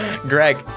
Greg